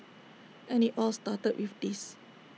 and IT all started with this